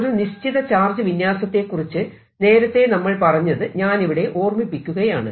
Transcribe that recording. ഒരു നിശ്ചിത ചാർജ് വിന്യാസത്തെ കുറിച്ച് നേരത്തെ നമ്മൾ പറഞ്ഞത് ഞാനിവിടെ ഓർമ്മിപ്പിക്കുകയാണ്